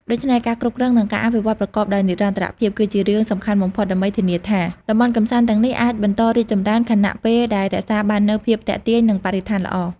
ដូច្នេះ ការគ្រប់គ្រង និងការអភិវឌ្ឍប្រកបដោយនិរន្តរភាព គឺជារឿងសំខាន់បំផុត ដើម្បីធានាថា តំបន់កម្សាន្តទាំងនេះអាចបន្តរីកចម្រើន ខណៈពេលដែលរក្សាបាននូវភាពទាក់ទាញ និងបរិស្ថានល្អ។